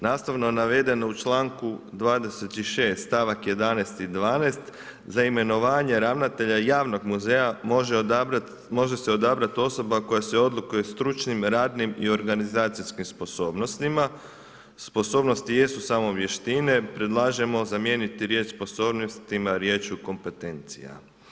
Nastavno navedeno u članku 26. stavak 11. i 12. za imenovanje ravnatelja javnog muzeja, može se odabrati osoba koja se odlikuje stručnim, radnim i organizacijskim sposobnostima, sposobnosti i jesu samo vještine, predlažemo zamijeniti riječ sposobnostima riječju kompetencija.